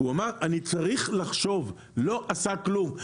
הוא אמר, אני צריך לחשוב, ולא עשה כלום.